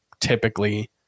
typically